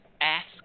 ask